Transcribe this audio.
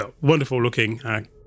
wonderful-looking